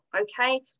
Okay